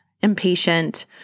impatient